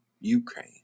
Ukraine